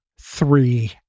three